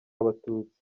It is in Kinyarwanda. abatutsi